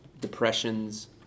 depressions